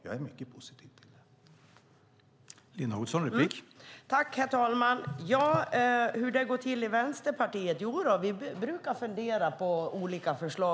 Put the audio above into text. Jag är mycket positiv till det.